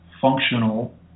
functional